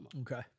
Okay